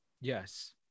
Yes